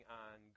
on